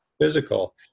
physical